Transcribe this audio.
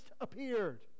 appeared